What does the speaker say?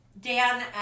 Dan